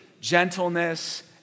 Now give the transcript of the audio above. gentleness